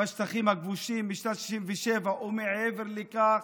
בשטחים הכבושים בשנת 67' או מעבר לכך.